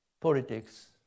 politics